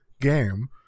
game